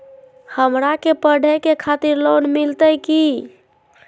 हमरा के पढ़े के खातिर लोन मिलते की?